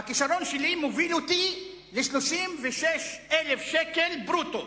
והכשרון שלי מוביל אותי ל-36,000 שקל ברוטו.